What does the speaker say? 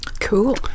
Cool